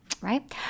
right